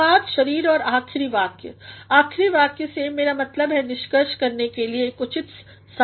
शुरुआत शरीर और आखरी वाक्य आखरी वाक्य से मेरा मतलब हैनिष्कर्षके लिए एक उचित संबंद जरुरी है